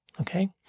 Okay